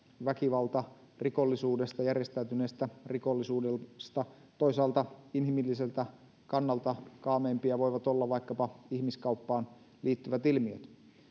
väkivaltarikollisuudesta järjestäytyneestä rikollisuudesta toisaalta inhimilliseltä kannalta kaameimpia voivat olla vaikkapa ihmiskauppaan liittyvät ilmiöt